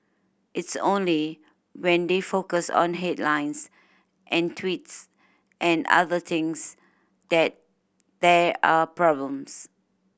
it's only when they focus on headlines and tweets and other things that there are problems